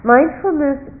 Mindfulness